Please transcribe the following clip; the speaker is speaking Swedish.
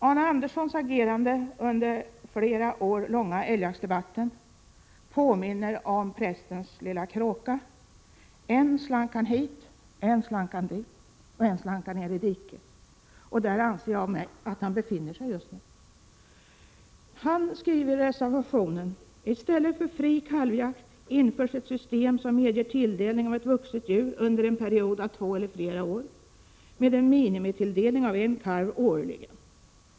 Arne Anderssons agerande under den flera år långa älgjaktsdebatten påminner om prästens lilla kråka, som än slank hit, än slank dit och än slank ner i diket. Där anser jag att Arne Andersson befinner sig just nu. Han skriver i reservationen: ”—— —i stället för fri kalvjakt införs ett system som medger tilldelning av ett vuxet djur under en period av två eller flera år, med en minimitilldelning av en kalv årligen .